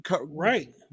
Right